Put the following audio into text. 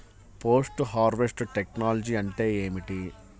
Post harvest technology అంటే ఏమిటి?